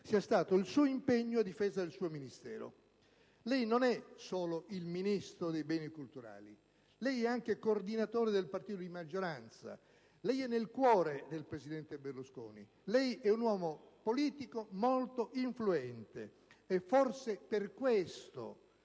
sia stato il suo impegno a difesa del suo Ministero. Lei non è solo il Ministro dei beni culturali: è anche coordinatore del partito di maggioranza. Lei è nel cuore del presidente Berlusconi; lei è un uomo politico molto influente, e forse, per questo,